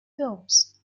films